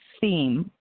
theme